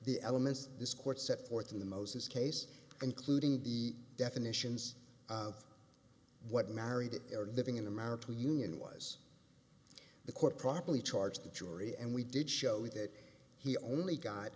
the elements this court set forth in the moses case including the definitions of what married or living in america union was the court properly charged the jury and we did show that he only got